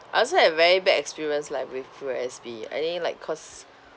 I also had very bad experience like with P_O_S_B I think like cause